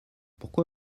pourquoi